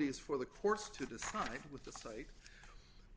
is for the courts to decide with the site